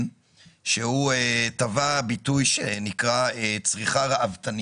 שהוא טבע ביטוי שנקרא "צריכה ראוותנית".